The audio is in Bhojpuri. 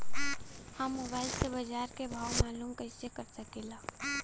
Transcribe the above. हम मोबाइल से बाजार के भाव मालूम कइसे कर सकीला?